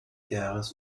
jahres